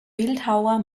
bildhauer